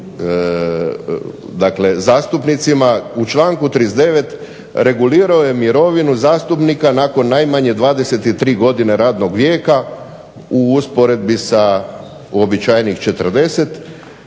u članku 39. regulirao je mirovinu zastupnika nakon najmanje 23 godine radnog vijeka u usporedbi sa uobičajenih 40